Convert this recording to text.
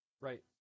Right